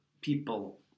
people